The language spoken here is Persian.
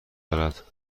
دارد